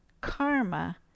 karma